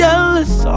Jealous